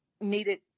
needed